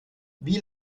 wie